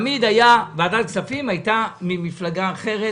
ועדת הכספים תמיד הייתה ממפלגה אחרת.